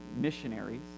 missionaries